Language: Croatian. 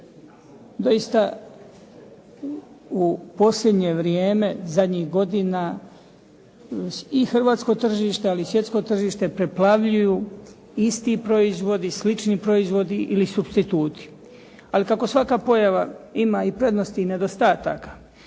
Doista u posljednje vrijeme zadnjih godina i hrvatsko tržište, ali i svjetsko tržište preplavljuju isti proizvodi, slični proizvodi ili supstituti. Ali kako svaka pojava ima i prednosti i nedostataka,